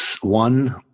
one